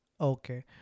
Okay